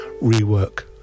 rework